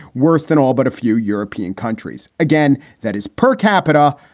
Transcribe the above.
worse than all but a few european countries. again, that is per capita,